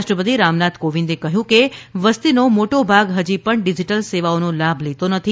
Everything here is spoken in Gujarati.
રાષ્ટ્રપતિ રામનાથ કોવિંદે કહ્યું કે વસ્તીનો મોટો ભાગ હજી પણ ડિજિટલ સેવાઓનો લાભ લેતા નથી